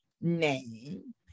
name